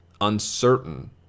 uncertain